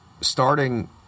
starting